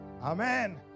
Amen